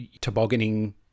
tobogganing